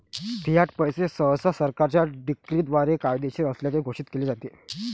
Fiat पैसे सहसा सरकारच्या डिक्रीद्वारे कायदेशीर असल्याचे घोषित केले जाते